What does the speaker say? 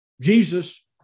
Jesus